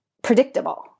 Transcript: predictable